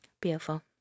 Beautiful